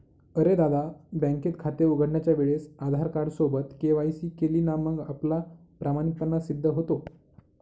अरे दादा, बँकेत खाते उघडण्याच्या वेळेस आधार कार्ड सोबत के.वाय.सी केली ना मग आपला प्रामाणिकपणा सिद्ध होतो